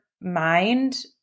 mind